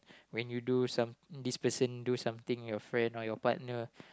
when you do this person do something to your friend or your partner